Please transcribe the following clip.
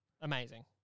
Amazing